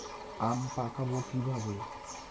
আম পাকাবো কিভাবে?